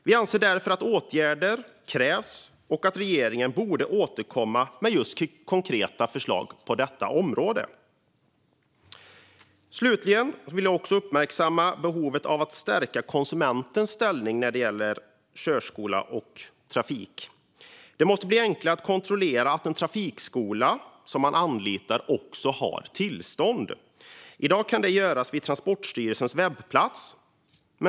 Vi anser därför att åtgärder krävs och att regeringen borde återkomma med just konkreta förslag på detta område. Slutligen vill jag också uppmärksamma behovet av att stärka konsumentens ställning när det gäller trafikskola. Det måste bli enklare att kontrollera att den trafikskola som man anlitar har tillstånd. I dag kan det göras via Transportstyrelsens webbplats.